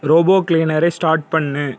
robot கிளீனரை start பண்ணு